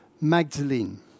Magdalene